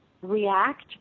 react